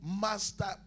Master